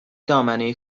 دامنه